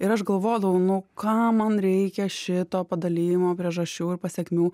ir aš galvodavau nu kam man reikia šito padalijimo priežasčių ir pasekmių